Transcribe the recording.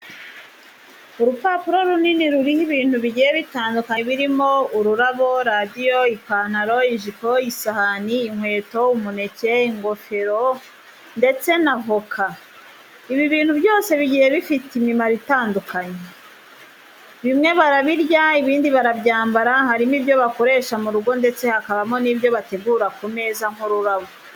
Urupapuro runini ruriho ibintu bigiye bitandukanye birimo ururabo, radiyo, ipantaro, ijipo, isahani, inkweto, umuneke, ingofero ndetse na voka. Ibi bintu byose bigiye bifite imimaro itandukanye. Bimwe barabirya, ibindi barabyambara, harimo ibyo bakoresha mu rugo ndetse hakabamo n'ibyo bategura ku meza nk'ururabo.